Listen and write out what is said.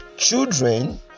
children